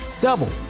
double